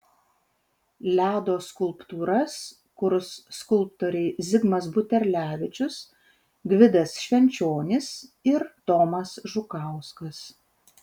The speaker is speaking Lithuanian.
ledo skulptūras kurs skulptoriai zigmas buterlevičius gvidas švenčionis ir tomas žukauskas